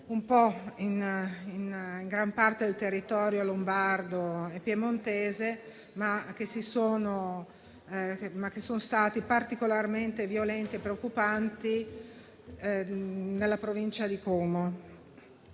in gran parte del territorio lombardo e piemontese, rivelandosi particolarmente violenti e preoccupanti nella provincia di Como